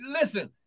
listen